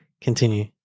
Continue